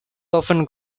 often